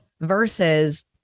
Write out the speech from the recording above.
versus